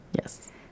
Yes